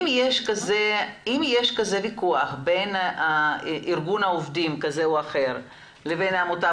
אם יש כזה ויכוח בין ארגון עובדים כזה או אחר לבין עמותה,